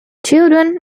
children